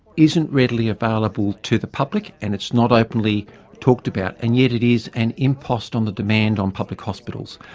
isn't readily available to the public and it's not openly talked about, and yet it is an impost on the demand on public hospitals.